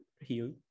heal